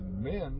men